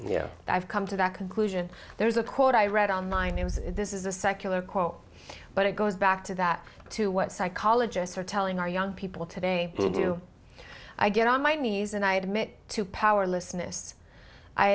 i've come to that conclusion there's a quote i read on line it was this is a secular quote but it goes back to that to what psychologists are telling our young people today who do i get on my knees and i admit to powerlessness i